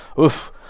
Oof